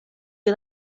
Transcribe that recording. you